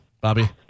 Bobby